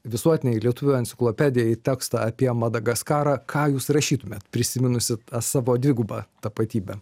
visuotinei lietuvių enciklopedijai tekstą apie madagaskarą ką jūs rašytumėt prisiminusi tą savo dvigubą tapatybę